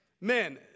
men